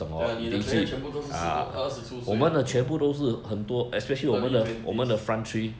对 orh 你的 players 都是十多二十出岁的 early twenties